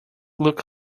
look